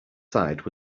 side